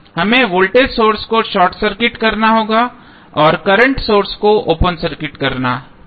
हमें voltage source को short circuit करना होगा और करंट सोर्स को ओपन सर्किटेड करना होगा